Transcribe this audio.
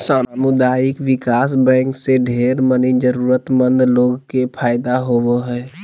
सामुदायिक विकास बैंक से ढेर मनी जरूरतमन्द लोग के फायदा होवो हय